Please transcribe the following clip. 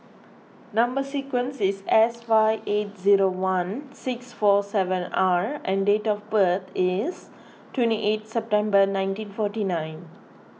Number Sequence is S five eight zero one six four seven R and date of birth is twenty eight September nineteen forty nine